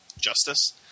justice